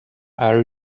are